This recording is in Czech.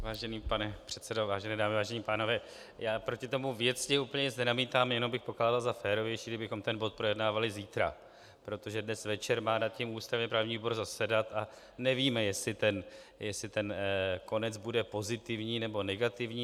Vážený pane předsedo, vážené dámy, vážení pánové, já proti tomu věcně úplně nic nenamítám, jenom bych pokládal za férovější, kdybychom ten bod projednávali zítra, protože dnes večer má nad tím ústavněprávní výbor zasedat a nevíme, jestli ten konec bude pozitivní, nebo negativní.